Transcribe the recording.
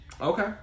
Okay